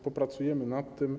Popracujemy nad tym.